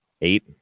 eight